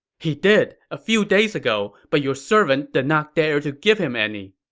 he did, a few days ago, but your servant did not dare to give him any.